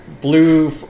blue